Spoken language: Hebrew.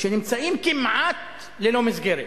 שנמצאים כמעט ללא מסגרת,